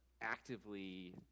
actively